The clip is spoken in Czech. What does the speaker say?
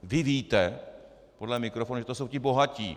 Vy víte podle mikrofonu, že to jsou ti bohatí.